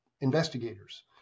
investigators